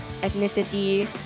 ethnicity